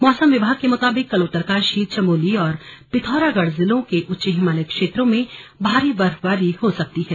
मौसम विभाग के मुताबिक कल उत्तरकाशी चमोली और पिथौरागढ़ जिलों के उच्च हिमालयी क्षेत्रों में भारी बर्फबारी हो सकती है